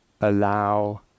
allow